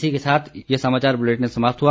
इसी के साथ ये समाचार बुलेटिन समाप्त हुआ